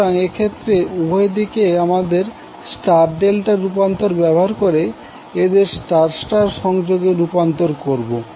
সুতরাং এক্ষেত্রে উভয় দিকে আমাদের স্টার ডেল্টা রূপান্তর ব্যবহার করে এদের স্টার স্টার সংযোগে রূপান্তর করবো